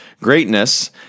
greatness